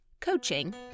coaching